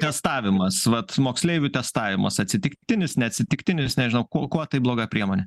testavimas vat moksleivių testavimas atsitiktinis neatsitiktinis nežinau kuo kuo tai bloga priemonė